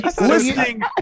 listening